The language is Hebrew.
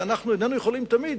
איננו יכולים תמיד